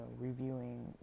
reviewing